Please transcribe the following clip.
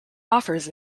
offers